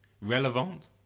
relevant